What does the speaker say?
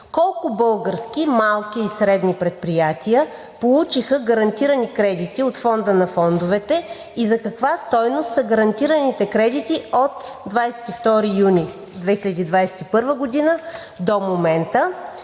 колко български малки и средни предприятия получиха гарантирани кредити от Фонда на фондовете и на каква стойност са гарантираните кредити от 22 юни 2021 г. до момента;